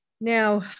Now